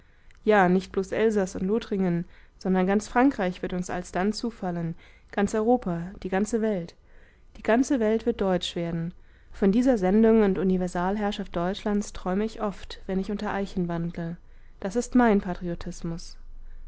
ja nicht bloß elsaß und lothringen sondern ganz frankreich wird uns alsdann zufallen ganz europa die ganze welt die ganze welt wird deutsch werden von dieser sendung und universalherrschaft deutschlands träume ich oft wenn ich unter eichen wandle das ist mein patriotismus